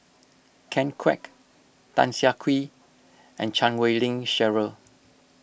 Ken Kwek Tan Siah Kwee and Chan Wei Ling Cheryl